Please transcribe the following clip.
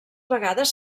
vegades